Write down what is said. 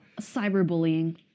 Cyberbullying